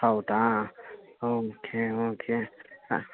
ಹೌದಾ okay okay ಹಾಂ